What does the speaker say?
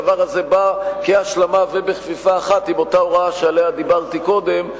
הדבר הזה בא כהשלמה ובכפיפה אחת עם אותה הוראה שעליה דיברתי קודם,